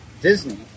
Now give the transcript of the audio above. Disney